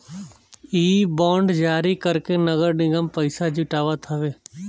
इ बांड के जारी करके नगर निगम पईसा जुटावत हवे